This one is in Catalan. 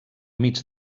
mig